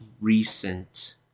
recent